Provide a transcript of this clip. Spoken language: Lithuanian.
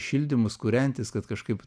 šildymus kūrentis kad kažkaip